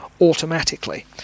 automatically